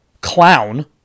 clown